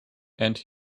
and